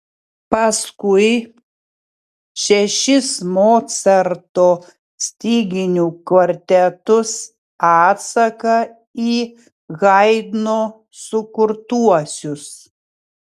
paskui šešis mocarto styginių kvartetus atsaką į haidno sukurtuosius